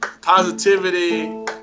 positivity